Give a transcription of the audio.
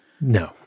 No